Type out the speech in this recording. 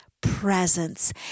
presence